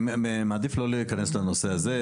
אני מעדיף לא להיכנס לנושא הזה,